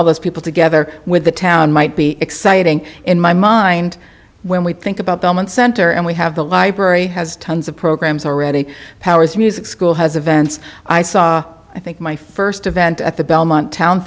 all those people together with the town might be exciting in my mind when we think about belmont center and we have the library has tons of programs already powers music school has events i saw i think my first event at the belmont town